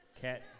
Cat